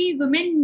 women